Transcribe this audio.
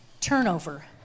turnover